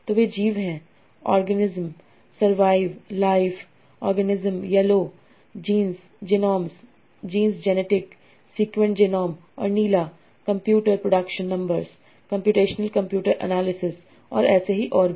तो वे जीव हैं organism survive life organisms yellow genes genomes genes genetic sequenced genome और नीला computer productions numbers computational computer analysis और ऐसे ही और भी